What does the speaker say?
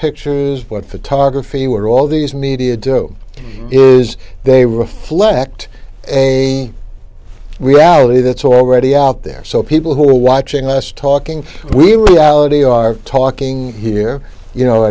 picture is what photography were all these media do is they reflect a reality that's already out there so people who are watching us talking we reality are talking here you know